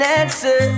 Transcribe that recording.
answer